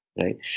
right